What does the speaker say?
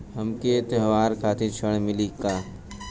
हमके त्योहार खातिर ऋण मिली का?